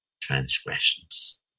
transgressions